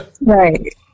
Right